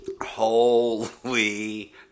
Holy